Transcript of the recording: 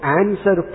answer